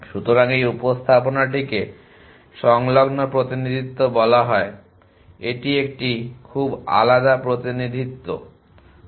সুতরাং এই উপস্থাপনাটিকে সংলগ্ন প্রতিনিধিত্ব বলা হয় এটি একটি খুব আলাদা প্রতিনিধিত্ব refer time1933